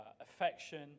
affection